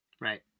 Right